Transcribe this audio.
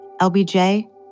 LBJ